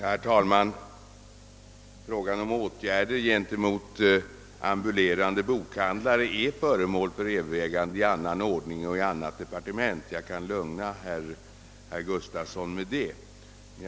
Herr talman! Frågan om åtgärder gentemot ambulerande bokhandlare är föremål för övervägande i annan ordning och inom ett annat departement — det kan jag lugna herr Gustafson i Göteborg med.